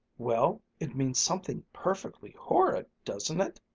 well, it means something perfectly horrid, doesn't it?